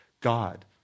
God